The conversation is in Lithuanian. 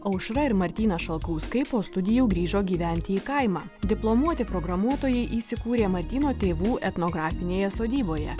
aušra ir martynas šalkauskai po studijų grįžo gyventi į kaimą diplomuoti programuotojai įsikūrė martyno tėvų etnografinėje sodyboje